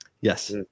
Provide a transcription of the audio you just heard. Yes